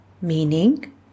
meaning